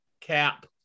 Cap